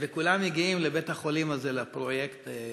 וכולם מגיעים לבית-החולים הזה לפרויקט הזה,